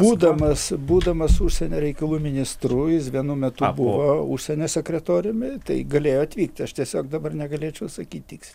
būdamas būdamas užsienio reikalų ministru jis vienu metu buvo užsienio sekretoriumi tai galėjo atvykti aš tiesiog dabar negalėčiau atsakyt tiks